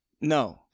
No